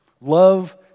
Love